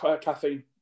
caffeine